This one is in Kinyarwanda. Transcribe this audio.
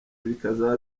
bikazaba